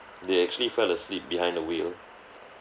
they actually fell asleep behind the wheel